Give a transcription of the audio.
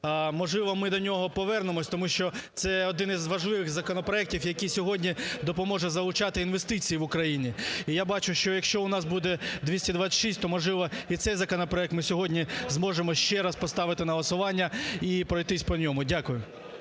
Можливо, ми до нього повернемося, тому що це один із важливих законопроектів, який сьогодні допоможе залучати інвестиції в Україні. І я бачу, що якщо у нас буде 226, то можливо і цей законопроект ми сьогодні зможемо ще раз поставити на голосування і пройтись по ньому. Дякую.